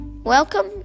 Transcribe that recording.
Welcome